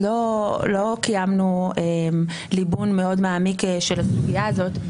לא קיימנו ליבון מאוד מעמיק של הסוגייה הזאת.